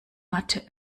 mathe